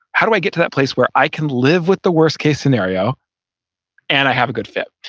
how do i get to that place where i can live with the worst case scenario and i have a good fit?